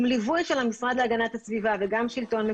עם ליווי של המשרד להגנת הסביבה וגם של השלטון המקומי.